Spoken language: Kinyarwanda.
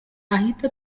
ahite